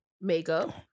makeup